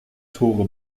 tore